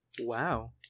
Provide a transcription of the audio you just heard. Wow